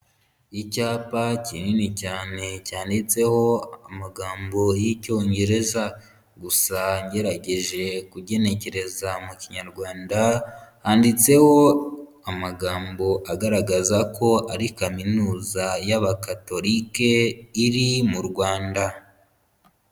Icyapa kinini cyane cyanditseho amagambo y'Icyongereza, gusa ngerageje kugenekereza mu kinyarwanda, handitseho amagambo agaragaza ko, ari kaminuza y'Abagatolike iri mu Rwanda.